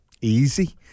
easy